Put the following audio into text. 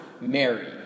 Mary